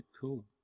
cool